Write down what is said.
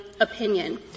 opinion